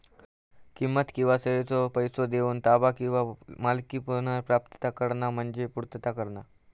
किंमत किंवा सेवेचो पैसो देऊन ताबा किंवा मालकी पुनर्प्राप्त करणा म्हणजे पूर्तता करणा